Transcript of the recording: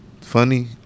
Funny